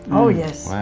oh yes.